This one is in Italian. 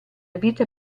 vita